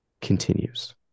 continues